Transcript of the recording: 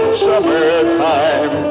summertime